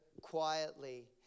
quietly